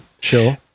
Sure